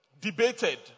debated